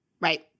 Right